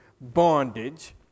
bondage